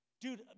Dude